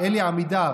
עמידר,